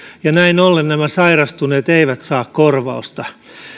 ja näin ollen nämä sairastuneet eivät saa korvausta